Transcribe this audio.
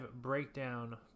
breakdown